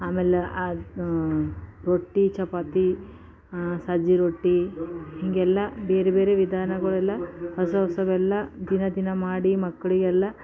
ಆಮೇಲೆ ಅದು ರೊಟ್ಟಿ ಚಪಾತಿ ಸಜ್ಜೆ ರೊಟ್ಟಿ ಹಿಂಗೆಲ್ಲ ಬೇರೆ ಬೇರೆ ವಿಧಾನಗಳೆಲ್ಲ ಹೊಸ ಹೊಸವೆಲ್ಲ ದಿನ ದಿನ ಮಾಡಿ ಮಕ್ಕಳಿಗೆಲ್ಲ